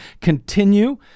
continue